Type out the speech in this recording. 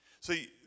See